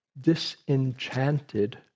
disenchanted